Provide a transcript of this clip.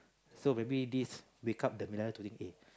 so maybe this wake up the millennial to think eh